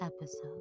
episode